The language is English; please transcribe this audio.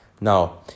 Now